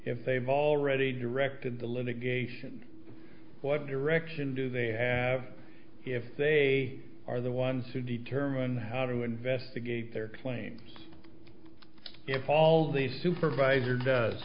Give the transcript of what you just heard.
if they've already directed the litigation what direction do they have if they are the ones who determine how to investigate their claims if all the supervisor does